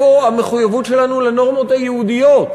איפה המחויבות שלנו לנורמות היהודיות?